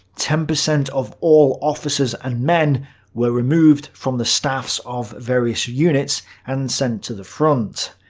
ten percent of all officers and men were removed from the staffs of various units and sent to the front.